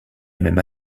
même